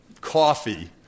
coffee